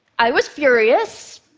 i was furious.